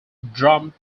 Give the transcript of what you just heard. drum